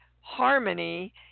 harmony